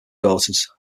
daughters